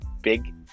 big